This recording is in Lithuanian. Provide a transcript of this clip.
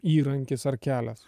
įrankis ar kelias